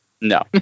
No